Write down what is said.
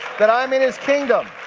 that i'm in his kingdom.